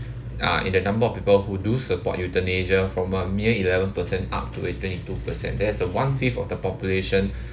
uh in the number of people who do support euthanasia from a mere eleven percent up to a twenty two percent there's a one fifth of the population